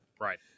Right